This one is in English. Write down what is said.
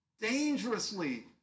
Dangerously